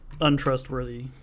untrustworthy